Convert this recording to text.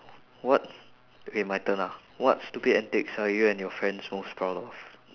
what okay my turn ah what stupid antics are you and your friends most proud of